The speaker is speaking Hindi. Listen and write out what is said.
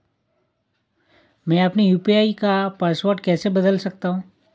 मैं अपने यू.पी.आई का पासवर्ड कैसे बदल सकता हूँ?